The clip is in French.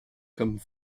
comme